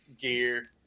gear –